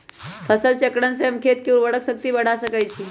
फसल चक्रण से हम खेत के उर्वरक शक्ति बढ़ा सकैछि?